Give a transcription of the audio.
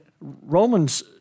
Romans